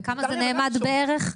בכמה זה נאמד בערך?